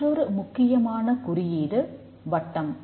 மற்றுமொரு முக்கியமான குறியீடு வட்டம்